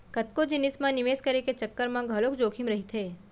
कतको जिनिस म निवेस करे के चक्कर म घलोक जोखिम रहिथे